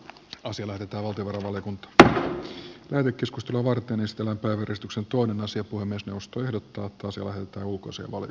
lasilevyt avautuvat ovet tä vän keskustelua varten puhemiesneuvosto ehdottaa että asia kuin myös perustui odottaa tosi vähän ulkoisia val